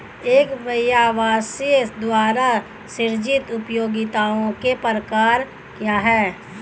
एक व्यवसाय द्वारा सृजित उपयोगिताओं के प्रकार क्या हैं?